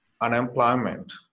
unemployment